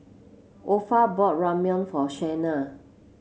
Opha bought Ramyeon for Shayna